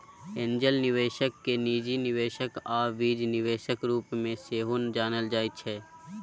angel निबेशक केँ निजी निबेशक आ बीज निबेशक रुप मे सेहो जानल जाइ छै